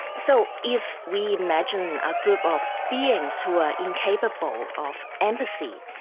so if we imagine a group of beings who are incapable of empathy,